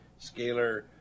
scalar